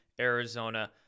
Arizona